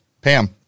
Pam